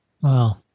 Wow